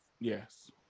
Yes